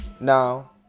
now